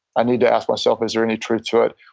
i need to ask myself is there any truth to it.